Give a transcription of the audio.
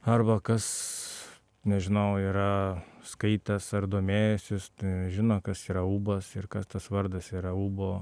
arba kas nežinau yra skaitęs ar domėjęsis žino kas yra ūbas ir kas tas vardas yra ūbo